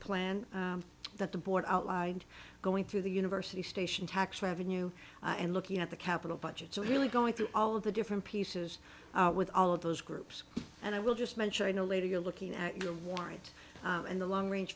plan that the board outlined going through the university station tax revenue and looking at the capital budgets and really going through all of the different pieces with all of those groups and i will just mention in a later you're looking at your warrant and the long range